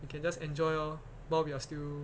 we can just enjoy lor while we are still